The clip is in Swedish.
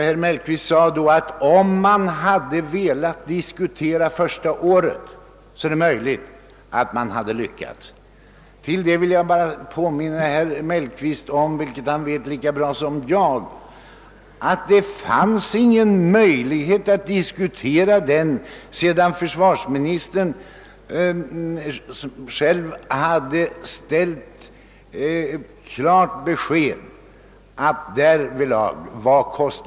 Herr Mellqvist sade att man hade lyckats, om man velat diskutera första året, men jag vill bara påminna honom om vad han vet lika bra som jag, att det inte fanns någon möjlighet att diskutera detta sedan försvarsministern själv hade lämnat ett klart besked att kostnadsramen därvidlag var låst.